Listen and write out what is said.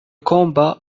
combat